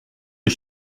les